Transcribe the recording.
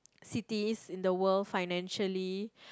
cities in the world financially